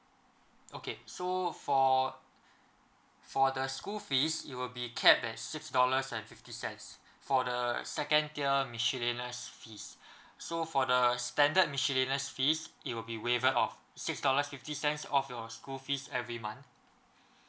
okay so for for the school fees you will be capped at six dollars and fifty cents for the second tier miscellaneous fees so for the standard miscellaneous fees it will be waived off six dollars fifty cents of your school fees every month